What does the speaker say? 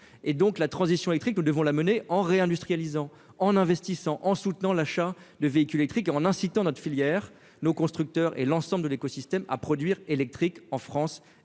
la transition électrique, nous devons l'amener en réindustrialiser en investissant en soutenant l'achat de véhicules électriques et en incitant notre filière nos constructeurs et l'ensemble de l'écosystème à produire électrique en France